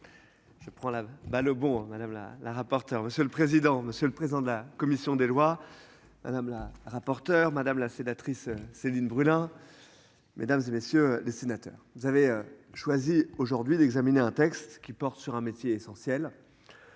Je prends la balle au bond. Madame la rapporteure. Monsieur le président, monsieur le président de la commission des lois. Madame la rapporteur, madame la sénatrice Céline Brulin. Mesdames, et messieurs les sénateurs, vous avez choisi, aujourd'hui, d'examiner un texte qui porte sur un métier essentiel.